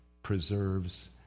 Preserves